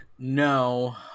No